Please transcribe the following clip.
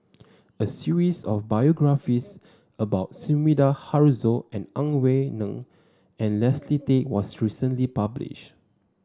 a series of biographies about Sumida Haruzo and Ang Wei Neng and Leslie Tay was recently published